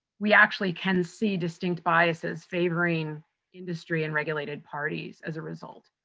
we actually can see distinct biases favoring industry, and regulated parties as a result.